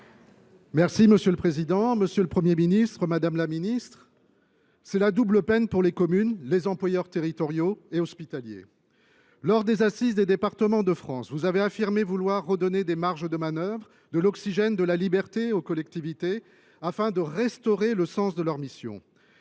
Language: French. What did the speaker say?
et Républicain. Monsieur le Premier ministre, c’est la double peine pour les communes, pour les employeurs territoriaux et hospitaliers. Lors des Assises des départements de France, vous avez affirmé vouloir redonner des marges de manœuvre, de l’oxygène, de la liberté aux collectivités territoriales, afin de restaurer le sens de leur mission.